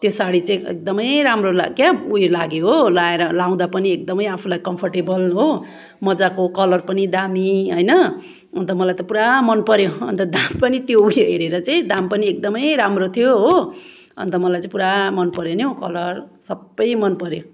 त्यो सारी चाहिँ एक् एकदमै राम्रो लाग्यो क्या उयो लाग्यो हो लगाएर लगाउँदा पनि एकदमै आफूलाई कम्फोर्टेबल हो मजाको कलर पनि दामी होइन अन्त मलाई त पुरा मन पऱ्यो अन्त दाम पनि त्यो उयो हेरेर चाहिँ दाम पनि एकदमै राम्रो थियो हो अन्त मलाई चाहिँ पुरा मन पऱ्यो नि हौ कलर सबै मन पऱ्यो